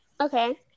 Okay